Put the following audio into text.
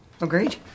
Agreed